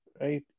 right